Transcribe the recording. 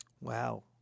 Wow